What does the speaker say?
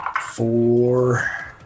four